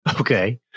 okay